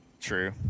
True